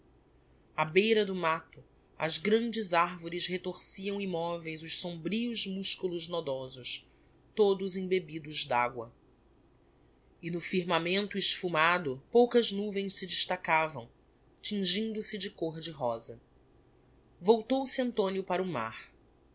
á beira do matto as grandes arvores retorciam immoveis os sombrios musculos nodosos todos embebidos d'agua e no firmamento esfumado poucas nuvens se destacavam tingindo se de côr de rosa voltou-se antonio para o mar